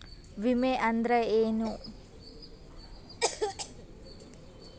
ವಿಮೆ ಅಂದ್ರೆ ಏನ?